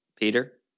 Peter